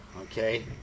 Okay